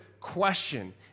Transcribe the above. question